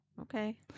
Okay